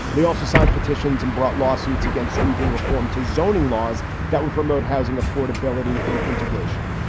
they also signed petitions and brought lawsuits against sweeping reform to zoning laws that would promote housing affordability and integration.